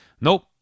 nope